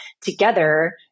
together